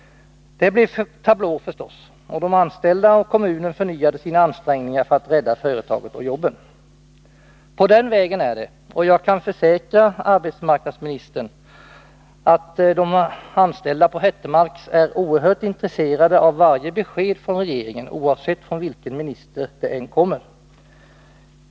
Det blev tablå förstås, och de anställda och 15 februari 1982 kommunen förnyade sina ansträngningar för att rädda företaget och jobben. På den vägen är det, och jag kan försäkra arbetsmarknadsministern att de anställda på Hettemarks är oerhört intresserade av varje besked från regeringen, oavsett från vilken minister det än kommer.